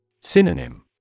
Synonym